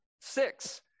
six